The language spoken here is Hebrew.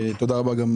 תודה רבה גם,